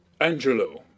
Angelo